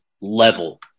level